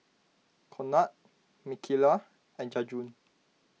Conard Micaela and Jajuan